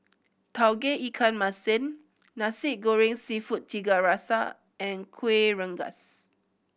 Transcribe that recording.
Tauge Ikan Masin Nasi Goreng Seafood Tiga Rasa and Kueh Rengas